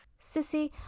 Sissy